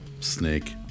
snake